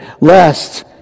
lest